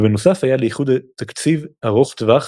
ובנוסף היה לאיחוד תקציב ארוך טווח